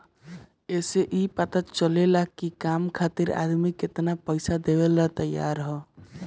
ए से ई पता चलेला की काम खातिर आदमी केतनो पइसा देवेला तइयार हअ